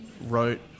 wrote